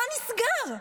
מה נסגר?